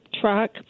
truck